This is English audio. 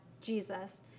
Jesus